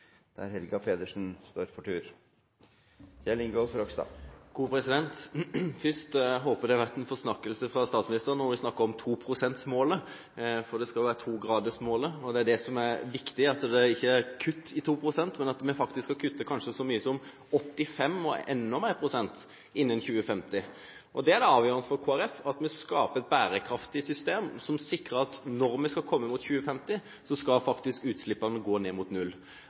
statsministeren når hun har snakket om toprosentsmålet, for det skal jo være togradersmålet. Det som er viktig, er at det ikke er kutt på 2 pst., men at vi faktisk skal kutte kanskje så mye som 85 pst. eller enda mer innen 2050. Det er det avgjørende for Kristelig Folkeparti – at vi skaper et bærekraftig system som sikrer at når vi kommer mot 2050, skal utslippene faktisk gå ned mot null.